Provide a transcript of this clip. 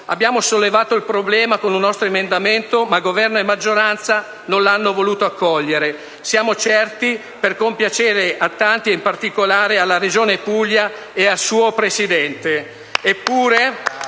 Abbiamo sollevato il problema con un nostro emendamento, ma Governo e maggioranza non hanno voluto accoglierlo, siamo certi per compiacere tanti, e in particolare la Regione Puglia e il suo Presidente.